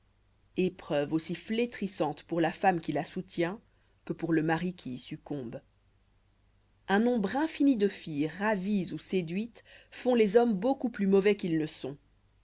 épreuve aussi flétrissante pour la femme qui la soutient que pour le mari qui y succombe un nombre infini de filles ravies ou séduites font les hommes beaucoup plus mauvais qu'ils ne sont